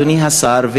אדוני השר,